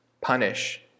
punish